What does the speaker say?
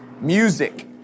music